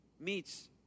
meets